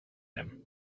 them